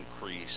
increase